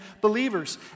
believers